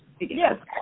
Yes